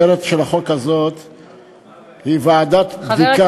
היא: ועדת בדיקה לרבני ערים.